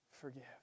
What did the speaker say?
forgive